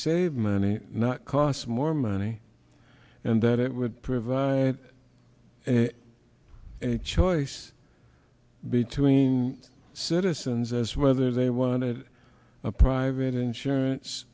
save money not cost more money and that it would provide a choice between citizens as whether they want to a private insurance